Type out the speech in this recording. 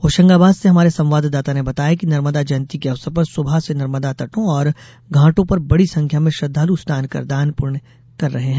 होशंगाबाद से हमारे संवाददाता ने बताया है कि नर्मदा जयंती के अवसर पर सुबह से नर्मदो तटों और घाटों पर बड़ी संख्या में श्रद्धालु स्नान कर दान पुण्य कर रहे हैं